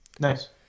Nice